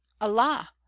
allah